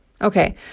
Okay